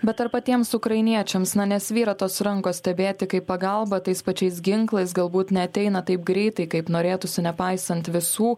bet ar patiems ukrainiečiams na nesvyra tos rankos stebėti kaip pagalba tais pačiais ginklais galbūt neateina taip greitai kaip norėtųsi nepaisant visų